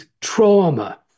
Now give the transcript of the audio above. trauma